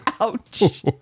ouch